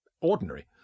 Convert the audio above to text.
ordinary